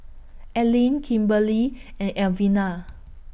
Allean Kimberly and